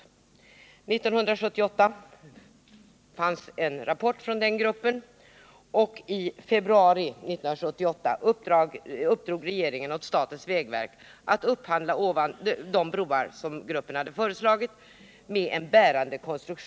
1978 fanns en rapport från den gruppen, och i februari 1978 uppdrog regeringen åt statens vägverk att upphandla de broar med en bärande konstruktion av stål som gruppen hade föreslagit.